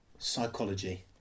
psychology